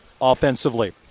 offensively